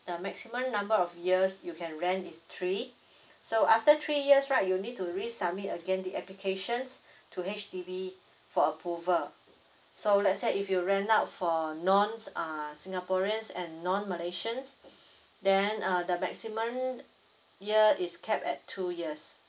the maximum number of years you can rent is three so after three years right you need to resubmit again the applications to H_D_B for approval so let's say if you rent out for non uh singaporeans and non malaysians then uh the maximum year is capped at two years